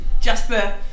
Jasper